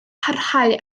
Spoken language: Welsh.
parhau